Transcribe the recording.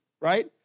right